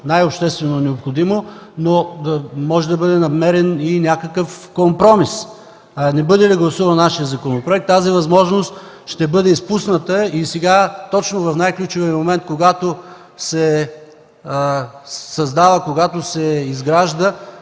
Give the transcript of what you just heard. най-обществено необходимо, но може да бъде намерен и някакъв компромис. Ако не бъде гласуван нашият законопроект тази възможност ще бъде изпусната и точно в най-ключовия момент, когато се създава и изгражда